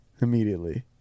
immediately